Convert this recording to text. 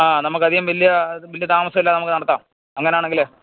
ആ നമുക്കധികം വലിയ വലിയ താമസമില്ലാതെ നമുക്ക് നടത്താം അങ്ങനെയാണെങ്കില്